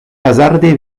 hazarde